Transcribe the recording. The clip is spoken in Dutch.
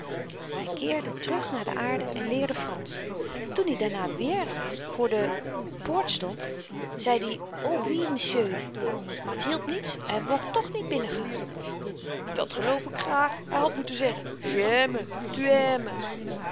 hy keerde terug naar de aarde en leerde fransch toen i daarna weer voor de poort stond zeid i owi m'sieu maar t hielp niets hy mocht toch niet binnengaan dat geloof ik graag hy had moeten zeggen